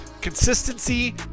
Consistency